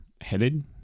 headed